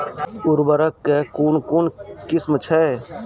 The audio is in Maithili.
उर्वरक कऽ कून कून किस्म छै?